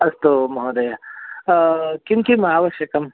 अस्तु महोदय किं किम् आवश्यकं